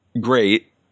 great